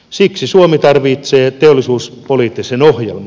siksi suomi tarvitsee teollisuuspoliittisen ohjelman